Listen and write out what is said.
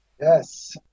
Yes